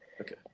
Okay